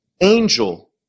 angel